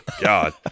God